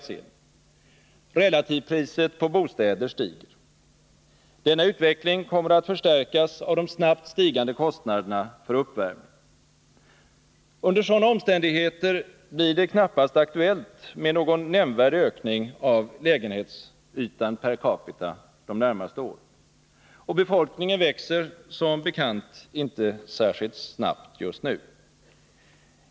Torsdagen den Relativpriset på bostäder stiger. Denna utveckling kommer att förstärkas av 20 november 1980 de snabbt stigande kostnaderna för uppvärmning. Under sådana omständigheter blir det knappast aktuellt med någon nämnvärd ökning av lägenhetsytan per capita de närmaste åren. Och befolkningen växer som bekant inte särskilt snabbt just nu.